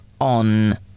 on